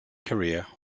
career